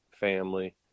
family